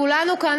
כולנו כאן,